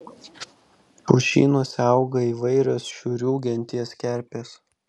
pušynuose auga įvairios šiurių genties kerpės